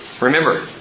Remember